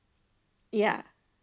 ya